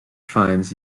finds